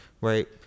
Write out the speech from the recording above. right